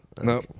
no